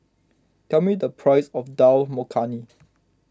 tell me the price of Dal Makhani